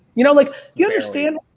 you know like, you understand,